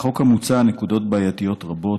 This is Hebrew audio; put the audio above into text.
בחוק המוצע נקודות בעייתיות רבות.